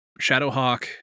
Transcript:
Shadowhawk